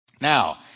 Now